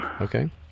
Okay